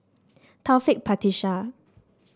Taufik Batisah